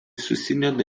susideda